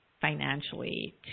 financially